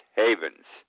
havens